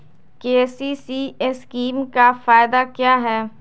KCC scheme का फायदा क्या है?